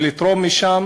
ויוכלו לתרום משם.